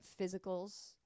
physicals